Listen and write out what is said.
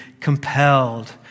compelled